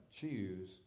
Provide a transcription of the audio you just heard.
choose